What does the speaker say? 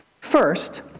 First